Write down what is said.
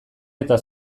eta